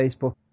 Facebook